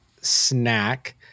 snack